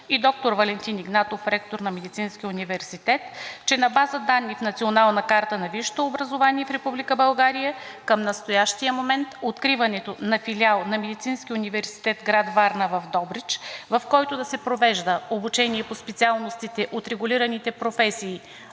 и доктор Валентин Игнатов – ректор на Медицинския университет, че на база данни в Националната карта на висшето образование в Република България, към настоящия момент откриването на филиал на Медицинския университет – град Варна, в Добрич, в който да се провежда обучение по специалностите от регулираните професии